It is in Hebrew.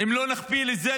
אם לא נכפיל את זה,